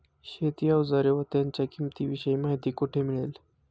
शेती औजारे व त्यांच्या किंमतीविषयी माहिती कोठे मिळेल?